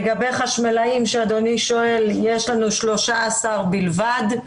לגבי חשמלאים יש 13 בלבד.